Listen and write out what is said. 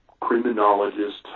criminologist